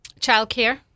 childcare